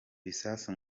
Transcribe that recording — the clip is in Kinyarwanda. bisasu